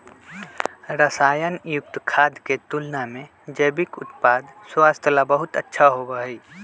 रसायन युक्त खाद्य के तुलना में जैविक उत्पाद स्वास्थ्य ला बहुत अच्छा होबा हई